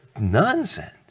nonsense